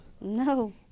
No